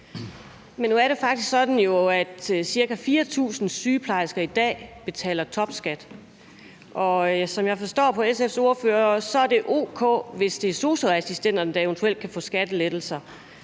Men nu er det jo faktisk sådan, at cirka 4.000 sygeplejersker i dag betaler topskat. Og som jeg forstår SF's ordfører, er det ok, hvis det er sosu-assistenterne, der eventuelt kan få skattelettelser.